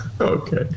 Okay